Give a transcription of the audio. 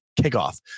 kickoff